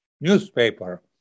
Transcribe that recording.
newspaper